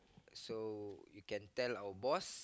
so you can tell our boss